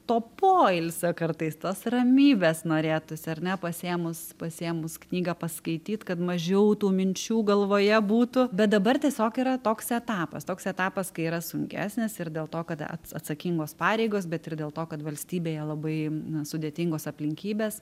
to poilsio kartais tos ramybės norėtųsi ar ne pasiėmus pasiėmus knygą paskaityt kad mažiau tų minčių galvoje būtų bet dabar tiesiog yra toks etapas toks etapas kai yra sunkesnis ir dėl to kad ats atsakingos pareigos bet ir dėl to kad valstybėje labai sudėtingos aplinkybės